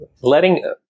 letting